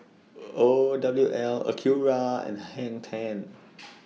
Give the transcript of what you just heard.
O W L Acura and Hang ten